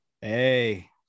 Hey